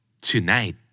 tonight